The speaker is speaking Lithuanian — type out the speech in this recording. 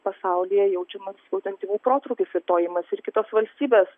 pasaulyje jaučiamas būtent tymų protrūkis ir to imasi ir kitos valstybės